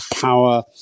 power